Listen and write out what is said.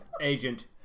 Agent